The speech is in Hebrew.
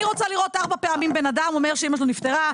אני רוצה לראות שארבע פעמים בן אדם אומר שאימא שלו נפטרה,